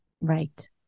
right